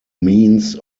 means